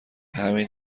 همین